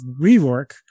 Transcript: rework